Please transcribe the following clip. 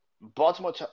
Baltimore